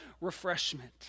refreshment